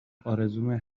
آرزومه